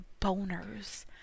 boners